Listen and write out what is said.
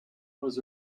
was